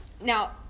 now